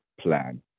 plan